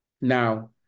Now